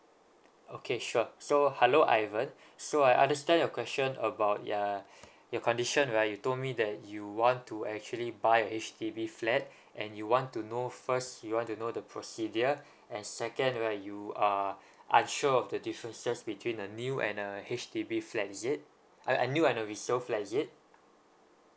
okay sure so hello ivan so I understand your question about ya your condition right you told me that you want to actually buy a H_D_B flat and you want to know first you want to know the procedure and second right you are unsure of the differences between a new and a H_D_B flat is it a a new and a resale flat is it